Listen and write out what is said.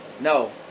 No